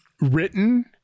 written